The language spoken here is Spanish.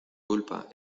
culpa